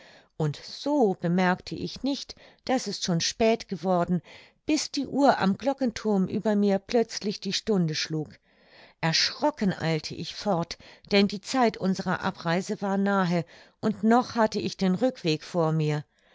und so bemerkte ich nicht daß es schon spät geworden bis die uhr am glockenthurm über mir plötzlich die stunde schlug erschrocken eilte ich fort denn die zeit unserer abreise war nahe und noch hatte ich den rückweg vor mir